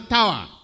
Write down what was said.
Tower